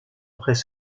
après